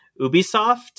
Ubisoft